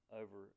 over